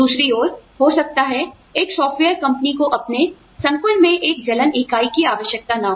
दूसरी ओर हो सकता है एक सॉफ्टवेयर कंपनी को अपने संकुल में एक जलन इकाई की आवश्यकता न हो